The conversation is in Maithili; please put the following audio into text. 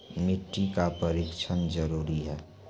मिट्टी का परिक्षण जरुरी है?